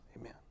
Amen